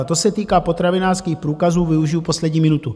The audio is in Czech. A co se týká potravinářských průkazů, využiji poslední minutu.